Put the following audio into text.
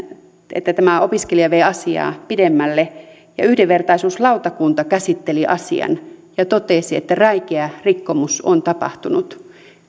että tämä opiskelija vei asiaa pidemmälle ja yhdenvertaisuuslautakunta käsitteli asian ja totesi että räikeä rikkomus on tapahtunut